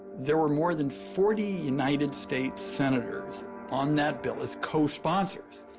there were more than forty united states senators on that bill as co-sponsers.